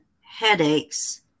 headaches